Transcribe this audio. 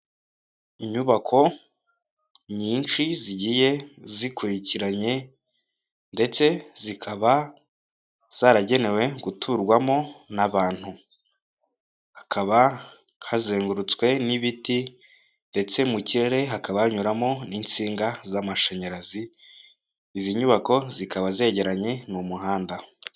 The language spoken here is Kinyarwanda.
Inyubako nyinshi zigiye zikurikiranye ndetse zikaba zaragenewe guturwamo n'abantu, hakaba hazengurutswe n'ibiti ndetse mu kirere hakaba hanyuramo n'insinga z'amashanyarazi, izi nyubako zikaba zegeranye n'umuhanda.